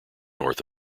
north